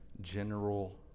general